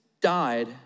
died